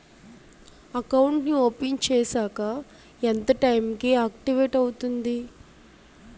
Account నీ open చేశాక ఎంత టైం కి ఆక్టివేట్ అవుతుంది?